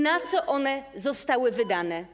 Na co one zostały wydane?